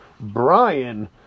Brian